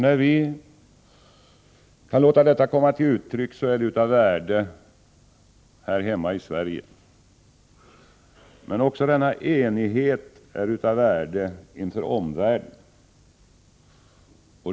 När vi kan låta detta komma till uttryck är det av värde här hemma i Sverige. Men denna enighet är av värde också inför omvärlden.